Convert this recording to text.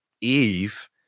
Eve